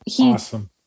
Awesome